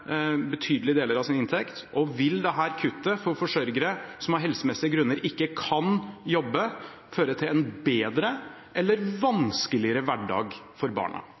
betydelige deler av sin inntekt, og vil dette kuttet for forsørgere som av helsemessige grunner ikke kan jobbe, føre til en bedre eller vanskeligere hverdag for barna?